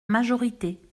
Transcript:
majorité